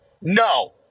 No